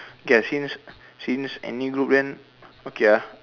K since since any group then okay ah